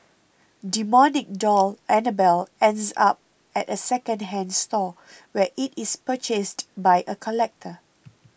demonic doll Annabelle ends up at a second hand store where it is purchased by a collector